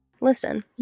listen